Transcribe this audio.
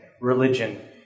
religion